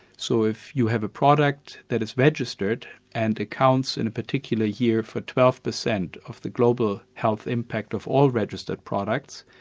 so if you have a product that is registered and accounts in particular here for twelve percent of the global health impact of all registered products,